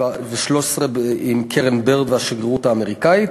עם קרן בירד והשגרירות האמריקנית.